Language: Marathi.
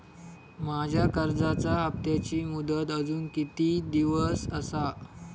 माझ्या कर्जाचा हप्ताची मुदत अजून किती दिवस असा?